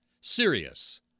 serious